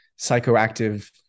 psychoactive